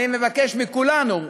אני מבקש מכולנו,